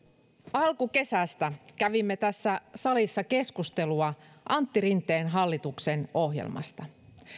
alkukesästä kävimme tässä salissa keskustelua antti rinteen hallituksen ohjelmasta